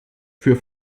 für